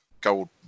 gold